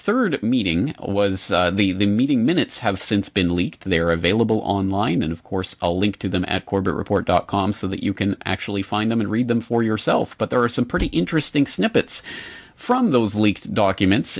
third meeting was the meeting minutes have since been leaked they're available online and of course a link to them at corbett report dot com so that you can actually find them and read them for yourself but there are some pretty interesting snippets from those leaked documents